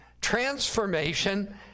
transformation